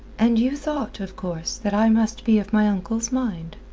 and you thought, of course, that i must be of my uncle's mind?